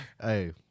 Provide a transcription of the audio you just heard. hey